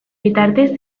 bitartez